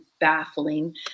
baffling